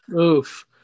Oof